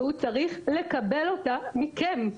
והוא צריך לקבל אותה מכם.